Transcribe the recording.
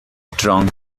strong